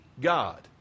God